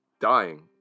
dying